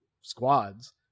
squads